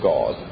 God